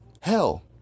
Hell